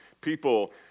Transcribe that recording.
people